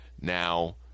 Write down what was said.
Now